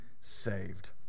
saved